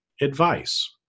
advice